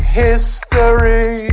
history